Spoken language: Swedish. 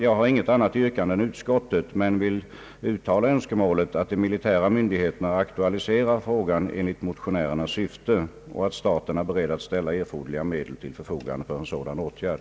Jag har inget annat yrkande än utskottet men vill uttala önskemålet, att de militära myndigheterna aktualiserar frågan enligt motionärernas syfte, och att staten är beredd att ställa erforderliga medel till förfogande för en sådan åtgärd.